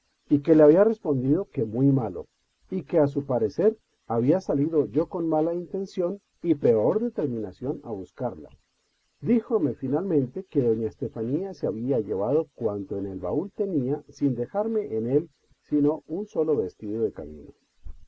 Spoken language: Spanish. y que le había respondido que muy malo y que a su parecer había salido yo con mala intención y peor determinación a buscarla díjome finalmente que doña estefa nía se había llevado cuanto en el baúl tenía sin dejarme en él sino un solo vestido de camino